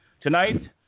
Tonight